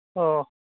ᱚ